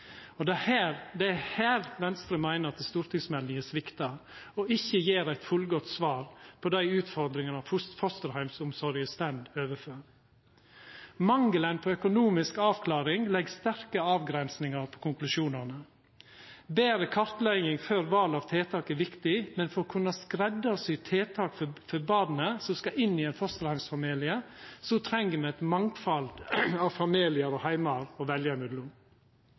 element. Det er her Venstre meiner at stortingsmeldinga sviktar og ikkje gjev eit fullgodt svar på dei utfordringane som forsterheimsomsorga står overfor. Mangelen på økonomisk avklaring legg sterke avgrensingar på konklusjonane. Betre kartlegging før val av tiltak er viktig, men for å kunna skreddarsy tiltaka for barnet som skal inn i ein fosterheimsfamilie, treng me eit mangfald av familiar og heimar